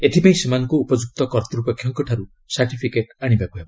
ଏଥିପାଇଁ ସେମାନଙ୍କୁ ଉପଯୁକ୍ତ କର୍ତ୍ତୃପକ୍ଷଙ୍କଠାରୁ ସାର୍ଟିଫିକେଟ୍ ଆଶିବାକୁ ହେବ